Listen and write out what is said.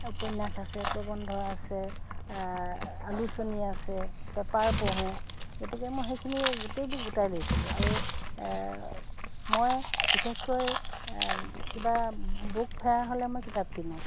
উপন্যাস আছে প্ৰবন্ধ আছে আলোচনী আছে পেপাৰ পঢ়োঁ গতিকে মই সেইখিনি গোটেইবোৰ গোটাই লৈছিলোঁ আৰু মই বিশেষকৈ কিবা বুক ফেয়াৰ হ'লে মই কিতাপ কিনোঁ